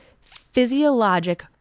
physiologic